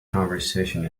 conversation